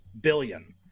billion